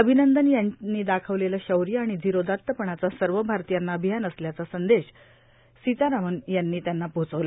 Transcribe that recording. अभिनंदन यांनी दाखवलेलं शौर्य आणि धीरोदात्तपणाचा सर्व आरतीयांना अभिमान असल्याचा संदेश सीतारामन यांनी त्यांना पोहोचवला